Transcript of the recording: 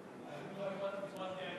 הכנסת דב ליפמן, בבקשה.